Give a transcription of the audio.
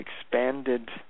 expanded